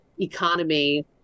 economy